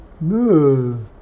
No